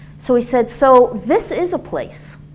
so we said so this is a place,